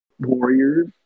warriors